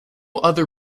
other